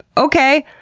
okay!